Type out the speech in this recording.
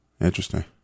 Interesting